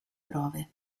prove